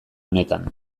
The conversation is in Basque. honetan